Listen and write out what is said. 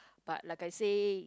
but like I say